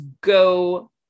go